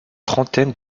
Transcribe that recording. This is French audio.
trentaine